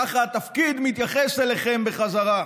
ככה התפקיד מתייחס אליכם בחזרה.